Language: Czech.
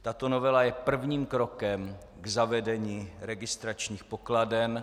Tato novela je prvním krokem k zavedení registračních pokladen.